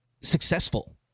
successful